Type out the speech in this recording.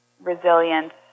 resilience